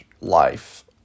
life